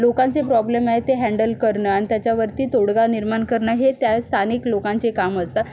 लोकांचे प्रॉब्लेम आहे ते हँडल करणं आणि त्याच्यावरती तोडगा निर्माण करणं हे त्या स्थानिक लोकांचे काम असतात